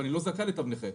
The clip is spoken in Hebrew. אבל אני לא זכאי לתו נכה.